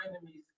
enemies